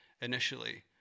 initially